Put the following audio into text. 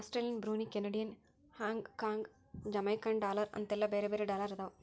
Australian Brunei Canadian Hong Kong Jamaican dollar ಅಂತೆಲ್ಲಾ ಬ್ಯಾರೆ ಬ್ಯಾರೆ ಡಾಲರ್ ಅದಾವ